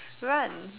run